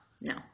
no